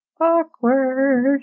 awkward